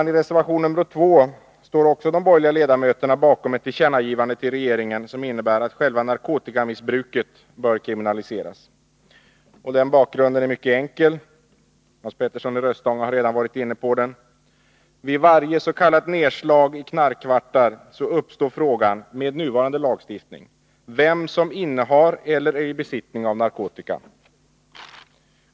Även i reservation nr 2 står de borgerliga ledamöterna bakom ett tillkännagivande till regeringen, som innebär att själva narkotikamissbruket bör kriminaliseras. Bakgrunden är mycket enkel, Hans Petersson i Röstånga har redan varit inne på den. Vid varje s.k. nerslag i knarkkvartar uppstår med nuvarande lagstiftning frågan vem som är i besittning av narkotika.